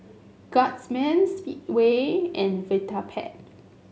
Guardsman Speedway and Vitapet